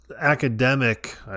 academic